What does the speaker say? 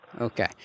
Okay